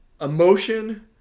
emotion